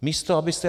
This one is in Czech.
Místo, abyste...